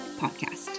podcast